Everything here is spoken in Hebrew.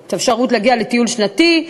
את האפשרות להגיע לטיול שנתי,